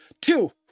two